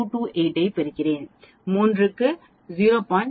228 ஐப் பெறுகிறேன் 3 க்கு x 0